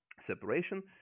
separation